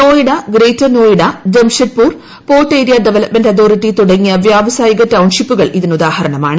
Noida greater Noida Jamshedpur fort area development authority തുടങ്ങിയ വ്യാവസായിക ടൌൺഷിപ്പുകൾ ഇതിന് ഉദാഹരണമാണ്